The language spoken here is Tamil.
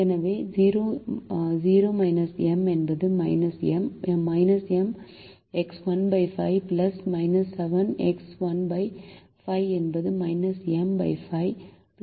எனவே 0 M என்பது M M x 15 7 x 15 என்பது M 5 75